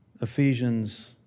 Ephesians